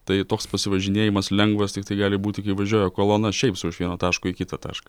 tai toks pasivažinėjimas lengvas tiktai gali būti kai važiuoja kolona šiaip sau iš vieno taško į kitą tašką